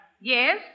Yes